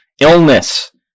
illness